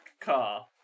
car